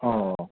ꯑꯣ